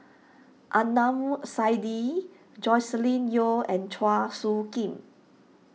Adnan Saidi Joscelin Yeo and Chua Soo Khim